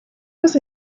was